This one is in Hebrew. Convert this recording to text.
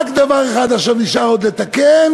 רק דבר אחד עכשיו נשאר עוד לתקן,